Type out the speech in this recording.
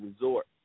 resort